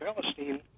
Palestine